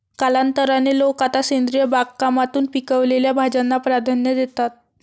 कालांतराने, लोक आता सेंद्रिय बागकामातून पिकवलेल्या भाज्यांना प्राधान्य देतात